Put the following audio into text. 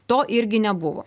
to irgi nebuvo